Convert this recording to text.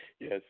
Yes